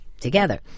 together